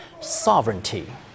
sovereignty